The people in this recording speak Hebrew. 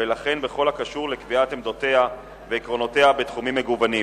וכן בכל הקשור לקביעת עמדותיה ועקרונותיה בתחומים מגוונים,